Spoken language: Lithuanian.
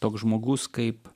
toks žmogus kaip